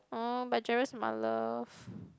but Jerard's my love